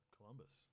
Columbus